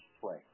play